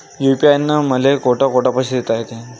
UPI न मले कोठ कोठ पैसे देता येईन?